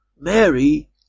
Mary